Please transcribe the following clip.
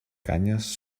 canyes